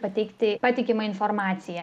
pateikti patikimą informaciją